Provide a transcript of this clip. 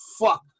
fuck